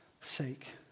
sake